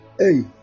Hey